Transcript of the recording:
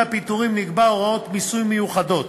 הפיטורים נקבעו הוראות מיסוי מיוחדות: